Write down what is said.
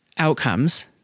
outcomes